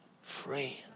free